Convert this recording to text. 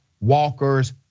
Walker's